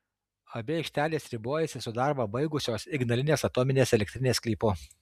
abi aikštelės ribojasi su darbą baigusios ignalinos atominės elektrinės sklypu